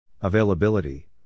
Availability